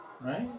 Right